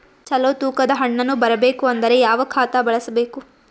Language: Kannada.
ಚಲೋ ತೂಕ ದ ಹಣ್ಣನ್ನು ಬರಬೇಕು ಅಂದರ ಯಾವ ಖಾತಾ ಬಳಸಬೇಕು?